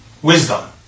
Wisdom